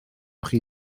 chi